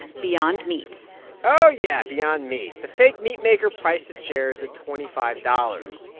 beyond meat oh, yeah, beyond meat the fake meat maker priced its shares at twenty five dollars.